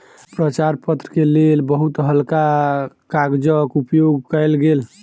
प्रचार पत्र के लेल बहुत हल्का कागजक उपयोग कयल गेल